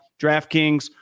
DraftKings